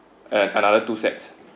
and another two sets